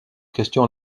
question